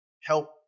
help